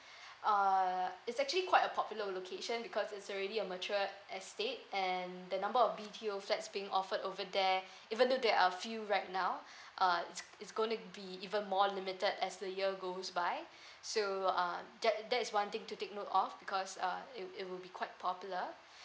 uh it's actually quite a popular location because it's already a mature estate and the number of B_T_O flats being offered over there even though there are a few right now uh it's going to be even more limited as the years goes by so uh that that is one thing to take note of because uh it it will be quite popular